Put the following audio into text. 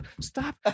stop